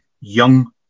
young